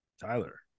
Tyler